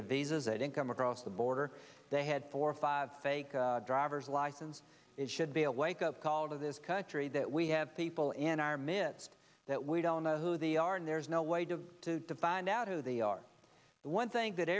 their visas that didn't come across the border they had four or five fake driver's license it should be a wake up call to this country that we have people in our midst that we don't know who they are and there's no way to find out who they are but one thing that